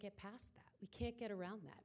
get past that we can't get around that